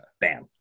Bam